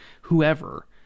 whoever